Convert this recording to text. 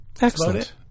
Excellent